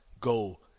go